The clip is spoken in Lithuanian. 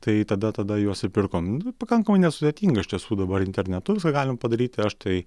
tai tada tada juos ir pirkom nu pakankamai nesudėtinga iš tiesų dabar internetu galim padaryti aš tai